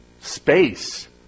space